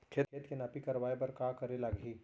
खेत के नापी करवाये बर का करे लागही?